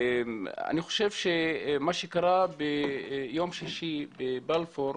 אני חושב שמה שקרה ביום שישי בבלפור,